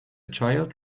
child